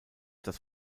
das